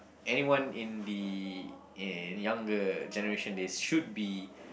anyone in the uh younger generation they should be